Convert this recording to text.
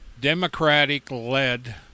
Democratic-led